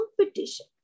competition